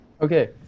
Okay